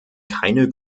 keine